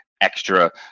extra